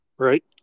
Right